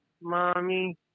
mommy